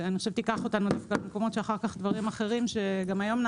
כי זה ייקח אותנו לכך שדברים אחרים שנעשים גם היום,